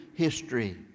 history